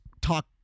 talk